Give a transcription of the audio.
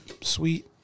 sweet